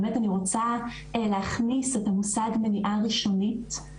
באמת אני רוצה להכניס את המושג מניעה ראשונית,